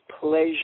pleasure